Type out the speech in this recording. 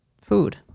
food